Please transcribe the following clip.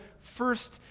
first